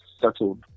settled